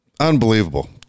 Unbelievable